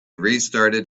restarted